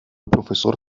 profesor